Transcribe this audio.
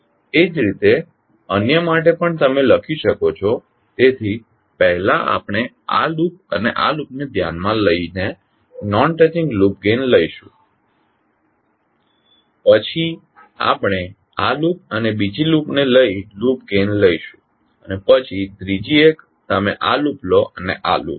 એ જ રીતે અન્ય માટે પણ તમે લખી શકો છો તેથી પહેલા આપણે આ લૂપ અને આ લૂપને ધ્યાનમાં લઈને નોન ટચિંગ લૂપ ગેઇન લઈશું પછી આપણે આ લૂપ અને બીજી લૂપને લઈ લૂપ ગેઇન લઈશું અને પછી ત્રીજી એક તમે આ લૂપ લો અને આ લૂપ